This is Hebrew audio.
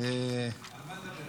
-- על מה נדבר?